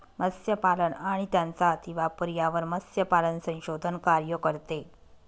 मत्स्यपालन आणि त्यांचा अतिवापर यावर मत्स्यपालन संशोधन कार्य करते